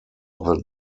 that